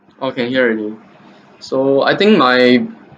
oh can hear already so I think my